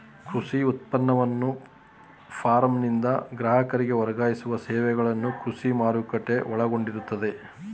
ಕೃಷಿ ಉತ್ಪನ್ನವನ್ನು ಫಾರ್ಮ್ನಿಂದ ಗ್ರಾಹಕರಿಗೆ ವರ್ಗಾಯಿಸುವ ಸೇವೆಗಳನ್ನು ಕೃಷಿ ಮಾರುಕಟ್ಟೆಯು ಒಳಗೊಂಡಯ್ತೇ